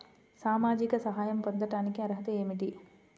సామాజిక సహాయం పొందటానికి అర్హత ఏమిటి?